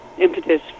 impetus